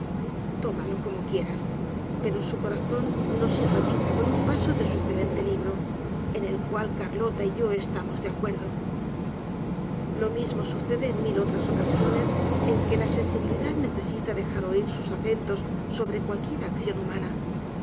tómalo como quieras pero su corazón no simpatiza con un paso de un escelente libro en el cual carlota y yo estamos de acuerdo lo mismo sucede en mil otras ocasiones en que la sensibilidad necesita dejar oir sus acentos sobre cualquiera acción humana